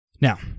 Now